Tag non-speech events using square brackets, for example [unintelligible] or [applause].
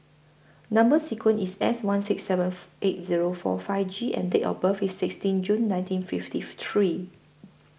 Number sequence IS S one six seven eight Zero four five G and Date of birth IS sixteen June nineteen fifty [unintelligible] three